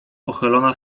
pochylona